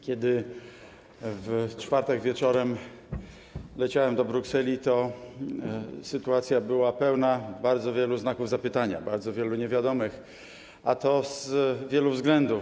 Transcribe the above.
Kiedy w czwartek wieczorem leciałem do Brukseli, to sytuacja była pełna bardzo wielu znaków zapytania, bardzo wielu niewiadomych, a to z wielu względów.